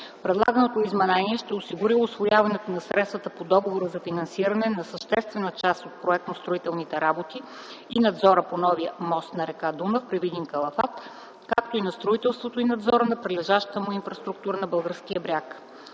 Предлаганото изменение ще осигури усвояването на средствата по Договора за финансиране на съществена част от проектно-строителните работи и надзора по новия мост на р. Дунав при Видин-Калафат, както и на строителството и надзора на прилежащата му инфраструктура на българския бряг.